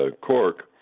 cork